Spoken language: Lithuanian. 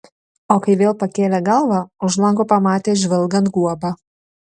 o kai vėl pakėlė galvą už lango pamatė žvilgant guobą